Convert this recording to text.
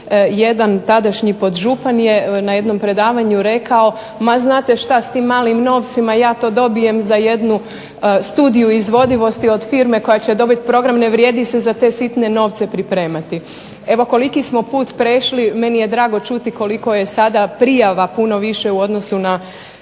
jedan tadašnji podžupan je na jednom predavanju rekao, ma znate šta s tim malim novcima ja to dobijem za jednu studiju izvodivosti od firme koja će dobiti program. Ne vrijedi se za te sitne novce pripremati. Evo koliki smo put prešli. Meni je drago čuti koliko je sada prijava puno više u odnosu na